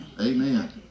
Amen